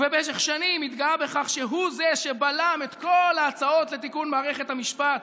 ובמשך שנים התגאה בכך שהוא שבלם את כל ההצעות לתיקון מערכת המשפט,